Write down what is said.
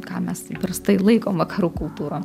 ką mes įprastai laikom vakarų kultūrom